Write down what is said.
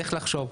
צריך לחשוב.